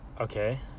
Okay